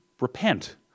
Repent